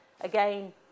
Again